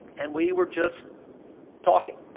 and we were just talking.